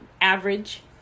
average